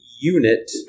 unit